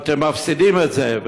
אתם מפסידים את זה,